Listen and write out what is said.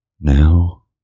Now